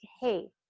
Hey